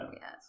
Yes